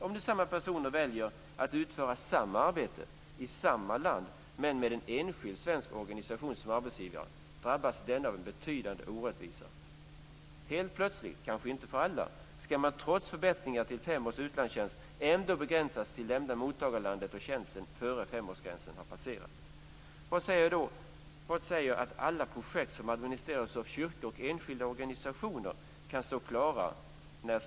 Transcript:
Om nu samma personer väljer att utföra samma arbete i samma land men med en enskild svensk organisation som arbetsgivare, drabbas de av en betydande orättvisa. Helt plötsligt ska man - det gäller kanske inte alla - trots förbättringar till fem års utlandstjänst ändå tvingas att lämna mottagarlandet och tjänsten innan femårsgränsen har passerats. Vad är det som säger att alla projekt som administreras av kyrkor och enskilda organisationer kan stå klara inom den tiden?